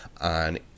on